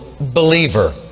believer